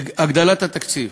בהגדלת התקציב.